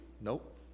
Nope